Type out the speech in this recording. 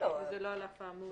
וזה לא על אף האמור.